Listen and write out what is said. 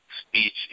speech